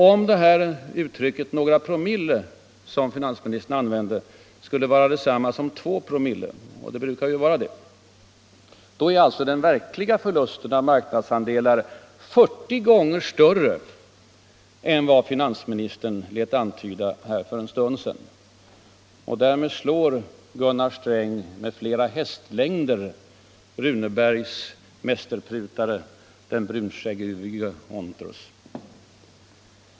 Om uttrycket ”några promille” som finansministern använder skulle vara detsamma som två promille — och det brukar det vara — är alltså den verkliga förlusten av marknadsandelar 40 gånger större än vad finansministern lät antyda för en stund sedan. Och därmed slår Gunnar Sträng med flera hästlängder Runebergs mästerprutare, den brunskäggyvige Ontrus.